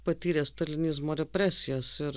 patyrė stalinizmo represijas ir